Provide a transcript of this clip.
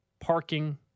parking